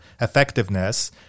effectiveness